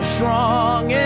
Strong